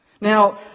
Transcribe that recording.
Now